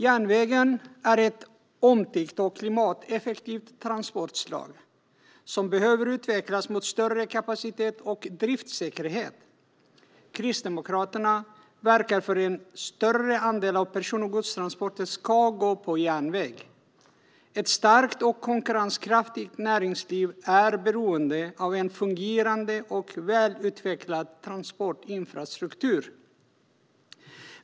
Järnvägen är ett omtyckt och klimateffektivt transportslag som behöver utvecklas mot större kapacitet och driftssäkerhet. Kristdemokraterna verkar för att en större andel av person och godstransporter ska gå på järnväg. Ett starkt och konkurrenskraftigt näringsliv är beroende av en fungerande och väl utvecklad transportinfrastruktur.